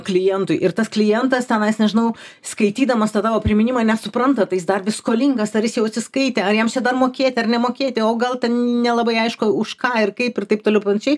klientui ir tas klientas tenais nežinau skaitydamas tą tavo priminimą nesupranta tai jis dar vis skolingas ar jis jau atsiskaitė ar jam čia dar mokėti ar nemokėti o gal nelabai aišku už ką ir kaip ir taip toliau ir panašiai